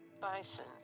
Bison